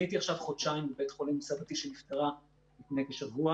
אני הייתי עכשיו חודשיים בבית חולים עם סבתי שנפטרה לפני כשבוע